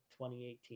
2018